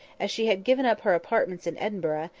as she had given up her apartments in edinburgh,